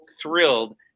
thrilled